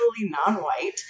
non-white